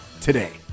today